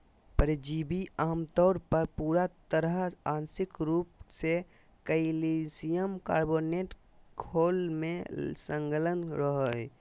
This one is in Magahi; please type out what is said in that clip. परिजीवी आमतौर पर पूरा तरह आंशिक रूप से कइल्शियम कार्बोनेट खोल में संलग्न रहो हइ